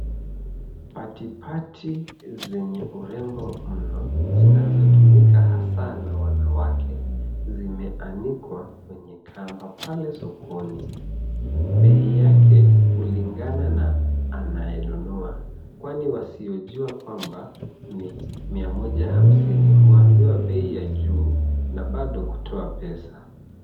Patipati zenye urembo mno zinazo tumika hasa na wanawake zimeanikwa kwenye kamba pale sokoni. Bei Yake hulingana na anayenunua kwani wasiojua kwamba ni Mia moja hamsinj huambiwa bei ya juu na bado kutoa pesa.